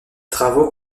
travaux